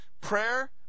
Prayer